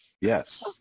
yes